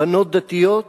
בנות דתיות,